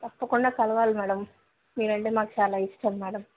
తప్పకుండా కలవాలి మేడం మీరంటే మాకు చాలా ఇష్టం మేడం